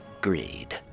Greed